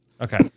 Okay